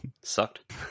Sucked